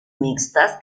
mixtas